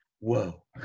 Whoa